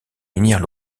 minières